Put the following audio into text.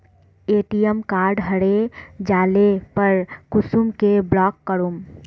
ATM card हरे जाले पर कुंसम के ब्लॉक करूम?